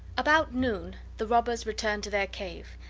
about noon the robbers returned to their cave,